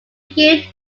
give